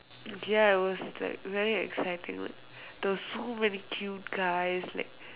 ya it was like very exciting there were so many cute guys like